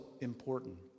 important